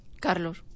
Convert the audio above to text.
Carlos